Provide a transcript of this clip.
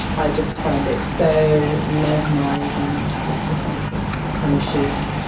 i just find it so mesmerising and sophisticated a machine,